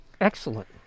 Excellent